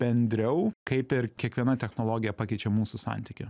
bendriau kaip ir kiekviena technologija pakeičia mūsų santykį